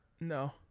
No